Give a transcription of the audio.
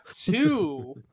two